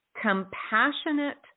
compassionate